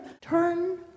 Turn